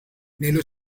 nello